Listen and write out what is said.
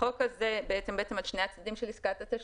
החוק הזה --- על שני הצדדים של עסקת התשלום,